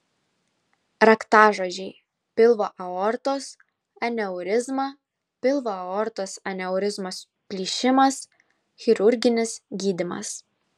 raktažodžiai pilvo aortos aneurizma pilvo aortos aneurizmos plyšimas chirurginis gydymas